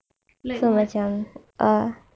like what